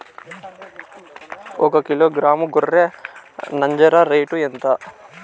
ఒకకిలో గ్రాము గొర్రె నంజర రేటు ఎంత?